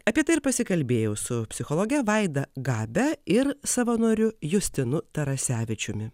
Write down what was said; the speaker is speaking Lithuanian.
apie tai ir pasikalbėjau su psichologe vaida gabe ir savanoriu justinu tarasevičiumi